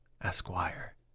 Esquire